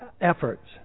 efforts